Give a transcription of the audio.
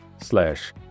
slash